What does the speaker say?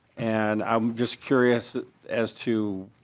and i'm just curious as to